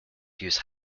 use